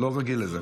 אני לא רגיל לזה.